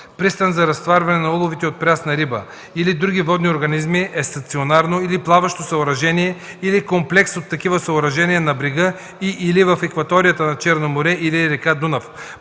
Пристан за разтоварване на уловите от прясна риба или други водни организми е стационарно или плаващо съоръжение, или комплекс от такива съоръжения на брега и/или в акваторията на Черно море или р. Дунав,